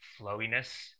flowiness